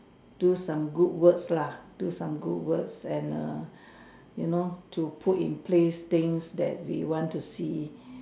do some good works lah do some good works and err you know to put in place things that we want to see